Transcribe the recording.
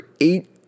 eight